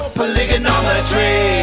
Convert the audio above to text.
polygonometry